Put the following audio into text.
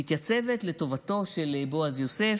מתייצבת לטובתו של בועז יוסף.